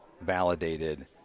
validated